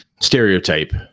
stereotype